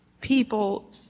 people